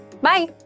Bye